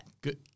good